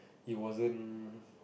he wasn't